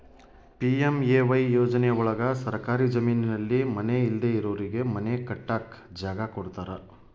PMAY ಯೋಜನೆ ಒಳಗ ಸರ್ಕಾರಿ ಜಮೀನಲ್ಲಿ ಮನೆ ಇಲ್ದೆ ಇರೋರಿಗೆ ಮನೆ ಕಟ್ಟಕ್ ಜಾಗ ಕೊಡ್ತಾರ